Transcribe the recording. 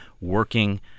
working